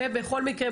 ובכל מקרה,